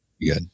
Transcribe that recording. Good